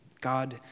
God